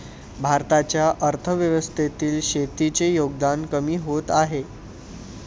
भारताच्या अर्थव्यवस्थेतील शेतीचे योगदान कमी होत आहे